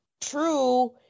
true